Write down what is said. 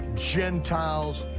gentiles,